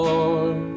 Lord